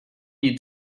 you